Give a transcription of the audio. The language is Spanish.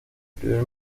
primer